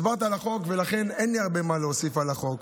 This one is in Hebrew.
הסברת על החוק ולכן אין לי הרבה מה להוסיף על החוק.